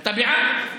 אתה בעד?